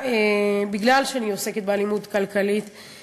בגלל שאני עוסקת באלימות כלכלית,